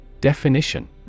Definition